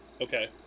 Okay